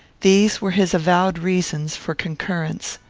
these were his avowed reasons for concurrence,